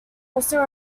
also